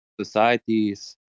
societies